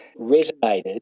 resonated